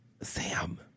Sam